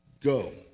go